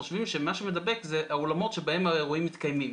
חושבים שמה שמדבק זה האולמות שבהם האירועים מתקיימים.